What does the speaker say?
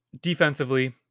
defensively